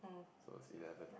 so see heaven